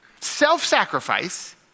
self-sacrifice